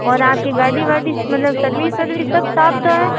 और आपकी गाड़ी वाड़ी मतलब सर्विस वर्विस सब साफ तो है